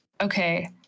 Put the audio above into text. okay